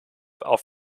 auf